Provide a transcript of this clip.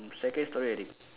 um second story already I think